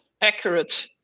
accurate